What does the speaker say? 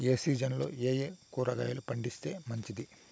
ఏ సీజన్లలో ఏయే కూరగాయలు పండిస్తే మంచిది